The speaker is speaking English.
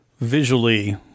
visually